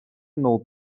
نوع